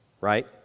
right